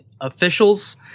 officials